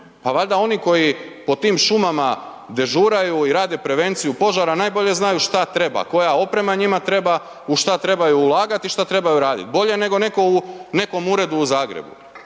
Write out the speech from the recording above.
Pa valjda oni koji po tim šumama dežuraju i rade prevenciju požara najbolje znaju šta treba, koja oprema njima treba, u šta trebaju ulagati i šta trebaju radit, bolje nego neko u nekom uredu u Zagrebu.